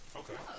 okay